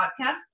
podcast